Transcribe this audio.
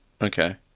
Okay